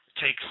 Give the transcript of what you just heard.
takes